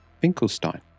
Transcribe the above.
Finkelstein